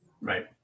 Right